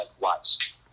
watch